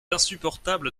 insupportable